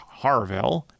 Harvell